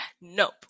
nope